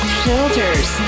filters